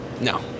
No